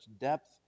depth